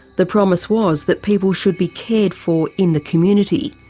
the promise was that people should be cared for in the community,